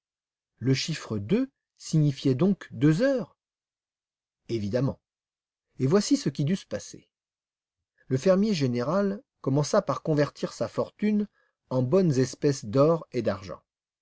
le chiffre signifiait donc deux heures évidemment et voici ce qui dut se passer le fermier général commença par convertir sa fortune en bonnes espèces d'or et d'argent